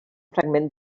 fragment